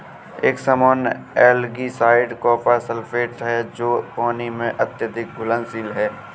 एक सामान्य algicide copper sulphate है जो पानी में अत्यधिक घुलनशील है